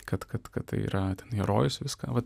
kad kad kad tai yra ten herojus viską vat